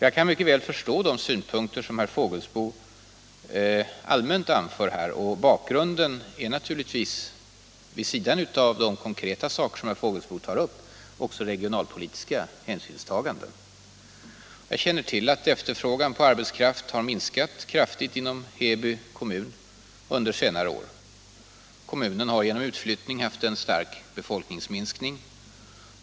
Jag kan mycket väl förstå de synpunkter som herr Fågelsbo här allmänt anför. Bakgrunden är naturligtvis — vid sidan av de konkreta saker som herr Fågelsbo tog upp — också regionalpolitiska hänsynstaganden. Jag känner till att efterfrågan på arbetskraft har minskat kraftigt inom Heby kommun under senare år. Kommunen har genom utflyttning haft en stark befolkningsminskning.